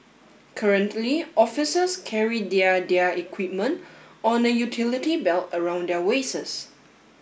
currently officers carry their their equipment on a utility belt around their